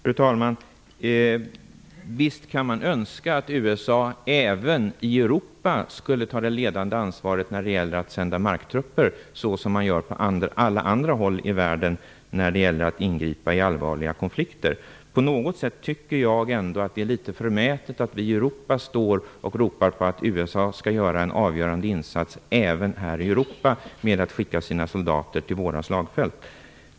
Fru talman! Visst kan man önska att USA även i Europa skulle ta det ledande ansvaret när det gäller att sända marktrupper såsom man gör på andra håll i världen för att ingripa i allvarliga konflikter. Jag tycker ändå att det på något sätt är litet förmätet att vi i Europa ropar efter att USA skall göra en avgörande insats även här i Europa genom att skicka sina soldater till våra slagfält.